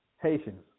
Haitians